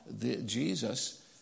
Jesus